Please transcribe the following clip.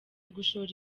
gushora